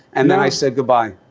and then i said goodbye